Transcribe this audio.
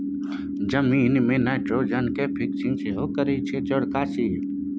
जमीन मे nitrogen fixing सेहो करय छै चौरका सीम